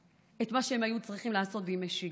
את מה שהם היו צריכים לעשות בימי שגרה.